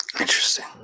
Interesting